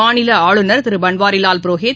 மாநில ஆளுநர் திரு பன்வாரிலால் புரோஹித்